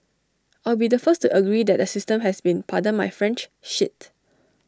I'll be the first to agree that the system has been pardon my French shit